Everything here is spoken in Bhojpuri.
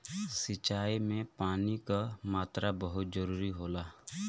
सिंचाई में पानी क मात्रा बहुत जरूरी होला